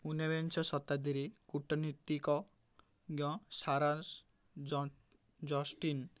ଉନବିଂଶ ଶତାବ୍ଦୀର କୂଟନୀତିଜ୍ଞ ସାର୍ ଜଷ୍ଟିନ